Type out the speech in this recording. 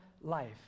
life